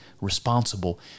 responsible